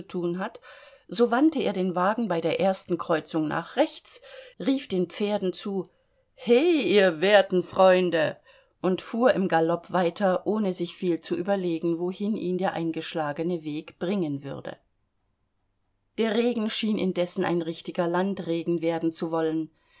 tun hat so wandte er den wagen bei der ersten kreuzung nach rechts rief den pferden zu he ihr werten freunde und fuhr im galopp weiter ohne sich viel zu überlegen wohin ihn der eingeschlagene weg bringen würde der regen schien indessen ein richtiger landregen werden zu wollen